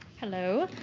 hello.